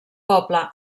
poble